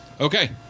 Okay